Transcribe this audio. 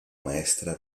maestra